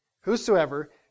Whosoever